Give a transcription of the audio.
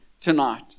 tonight